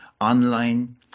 online